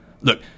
Look